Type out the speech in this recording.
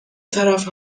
طرف